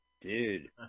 Dude